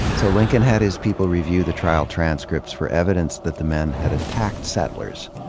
so lincoln had his people review the trial transcripts for evidence that the men had attacked settlers,